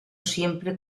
siempre